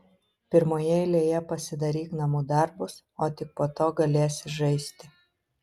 pirmoje eilėje pasidaryk namų darbus o tik po to galėsi žaisti